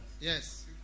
yes